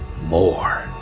More